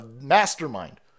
mastermind